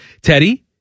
teddy